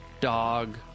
dog